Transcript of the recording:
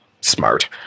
smart